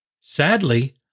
Sadly